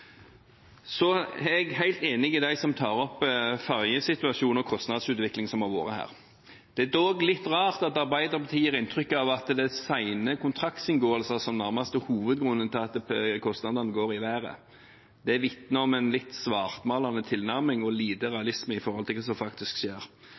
så god som mulig. Jeg er helt enig med dem som tar opp ferjesituasjonen og kostnadsutviklingen som har vært der. Det er dog litt rart at Arbeiderpartiet gir inntrykk av at det er sene kontraktsinngåelser som nærmest er hovedgrunnen til at kostnadene går i været. Det vitner om en litt svartmalende tilnærming og lite realisme i forhold til hva som faktisk skjer.